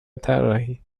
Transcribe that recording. طراحی